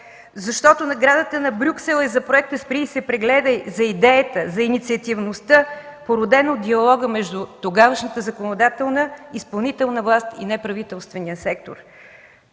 защото наградата на Брюксел е за Проекта „Спри и се прегледай” за идеята, за инициативността, породена от диалога между тогавашната законодателна, изпълнителна власт и неправителствения сектор.